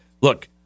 Look